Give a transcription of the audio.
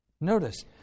Notice